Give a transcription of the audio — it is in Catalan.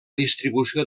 distribució